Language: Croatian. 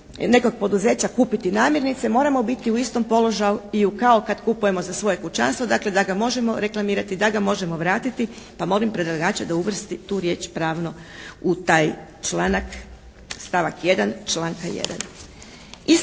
nekog poduzeća kupiti namirnice moramo biti u istom položaju i kao kad kupuje za svoje kućanstvo, dakle da ga možemo reklamirati, da ga možemo vratiti pa molim predlagače da uvrste tu riječ pravno u taj članak, stavak 1. članka 1.